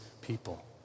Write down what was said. people